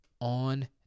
on